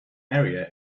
area